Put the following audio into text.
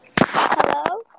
Hello